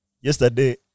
Yesterday